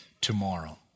tomorrow